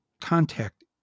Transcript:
contact